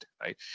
right